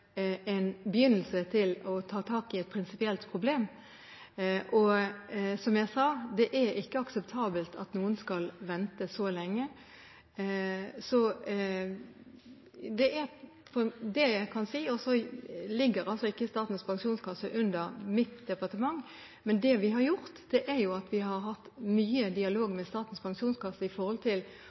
en begynnelse til å ta tak i et prinsipielt problem. Som jeg sa, det er ikke akseptabelt at noen skal vente så lenge. Det er det jeg kan si, og så ligger altså ikke Statens pensjonskasse under mitt departement. Men det vi har gjort, er at vi har hatt mye dialog med Statens pensjonskasse for å gi informasjon om soldatene i